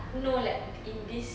no like in this